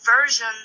version